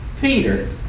Peter